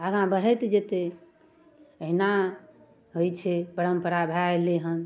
आगाँ बढ़ैत जेतै एहिना होइ छै परम्परा भऽ अएलै हँ